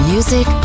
Music